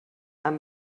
amb